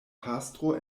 pastro